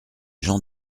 jean